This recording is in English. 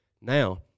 Now